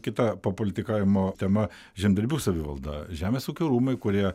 kita papolitikavimo tema žemdirbių savivalda žemės ūkio rūmai kurie